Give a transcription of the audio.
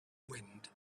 wind